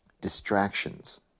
distractions